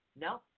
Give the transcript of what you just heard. No